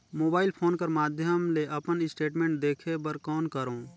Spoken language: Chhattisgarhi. मोबाइल फोन कर माध्यम ले अपन स्टेटमेंट देखे बर कौन करों?